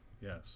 yes